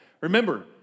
Remember